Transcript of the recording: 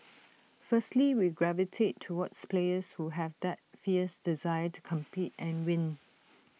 firstly we gravitate towards players who have that fierce desire to compete and win